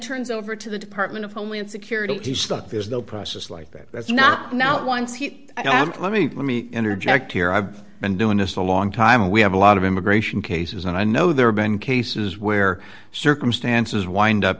turns over to the department of homeland security stuff is the process like that that's not now once he let me let me interject here i've been doing this a long time we have a lot of immigration cases and i know there have been cases where circumstances wind up